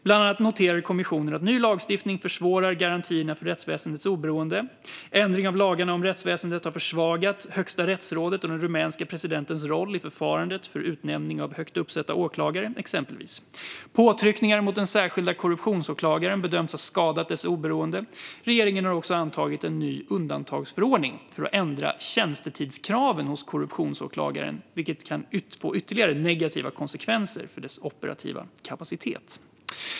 Bland annat noterade kommissionen att ny lagstiftning försvårar garantierna för rättsväsendets oberoende. Ändringar av lagarna om rättsväsendet har exempelvis försvagat Högsta rättsrådet och den rumänske presidentens roll i förfarandet för utnämning av högt uppsatta åklagare. Påtryckningar mot den särskilda korruptionsåklagaren bedöms ha skadat dennes oberoende. Regeringen har också antagit en ny undantagsförordning för att ändra tjänstetidskraven hos korruptionsåklagaren, vilket kan få ytterligare negativa konsekvenser för dennes operativa kapacitet.